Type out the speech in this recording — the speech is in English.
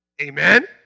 Amen